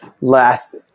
last